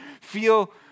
feel